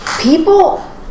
People